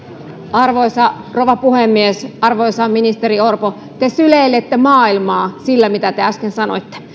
arvoisa rouva puhemies arvoisa ministeri orpo te syleilitte maailmaa sillä mitä te äsken sanoitte